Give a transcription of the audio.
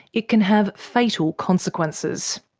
it can have fatal consequences.